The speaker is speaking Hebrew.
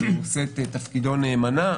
הוא עושה את תפקידו נאמנה,